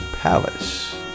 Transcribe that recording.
Palace